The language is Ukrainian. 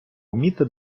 вміти